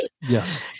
yes